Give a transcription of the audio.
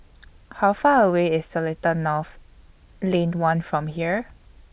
How Far away IS Seletar North Lane one from here